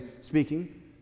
speaking